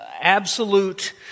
absolute